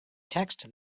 text